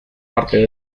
parte